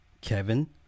Kevin